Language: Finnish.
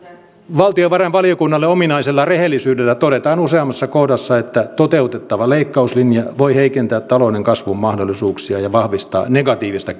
valtiovarainvaliokunnalle ominaisella rehellisyydellä todetaan useammassa kohdassa että toteutettava leikkauslinja voi heikentää talouden kasvun mahdollisuuksia ja vahvistaa negatiivista